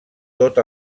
tot